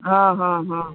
હઁ હઁ હઁ